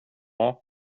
och